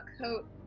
coat